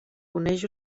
coneix